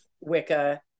Wicca